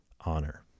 honor